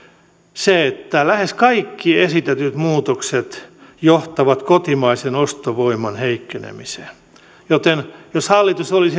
se että lähes kaikki esitetyt muutokset johtavat kotimaisen ostovoiman heikkenemiseen joten jos hallitus olisi